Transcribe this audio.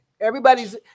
Everybody's